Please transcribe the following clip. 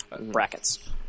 brackets